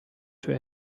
tür